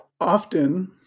often